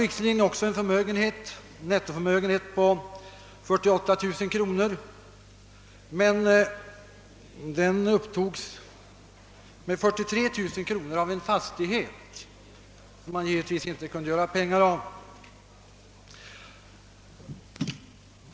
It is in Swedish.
Visserligen hade fadern också en nettoförmögenhet på 48 000 kronor, men 43 000 kronor av denna utgjordes av en fastighet, som han givetvis inte kunde göra pengar av.